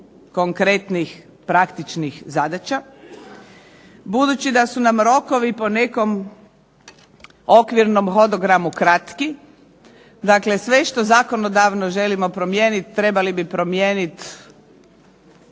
konkretnih praktičnih zadaća. Budući da su nam rokovi po nekom okvirnom hodogramu kratki, dakle sve što zakonodavno želimo promijeniti, trebali bi promijeniti